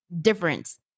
difference